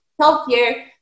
healthier